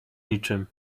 niczym